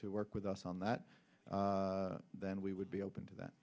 to work with us on that then we would be open to that